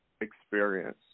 experience